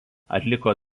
atliko